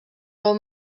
hom